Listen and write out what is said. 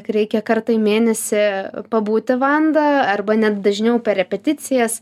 reikia karta į mėnesį pabūti vanda arba net dažniau per repeticijas